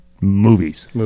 movies